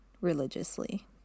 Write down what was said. religiously